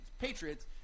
Patriots